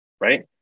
right